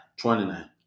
29